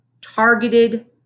targeted